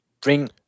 bring